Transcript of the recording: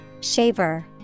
Shaver